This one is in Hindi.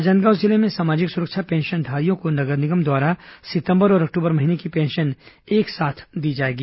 राजनांदगांव जिले में सामाजिक सुरक्षा पेंशनधारियों को नगर निगम द्वारा सितंबर और अक्टूबर महीने की पेंशन एक साथ दी जाएगी